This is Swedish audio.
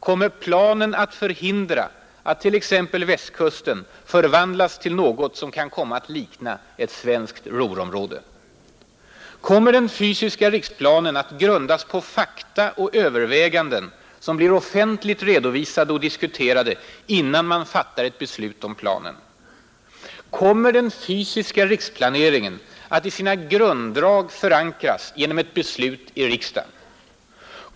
Kommer planen att förhindra att t.ex. Västkusten förvandlas till något som kan komma att likna ett svenskt Ruhrområde? Kommer den fysiska riksplanen att grundas på fakta och överväganden som blir offentligt redovisade och diskuterade innan man fattar beslut om planen? Kommer den fysiska riksplaneringen att i sina grunddrag förankras = Nr 122 genom beslut i riksdagen?